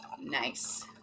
Nice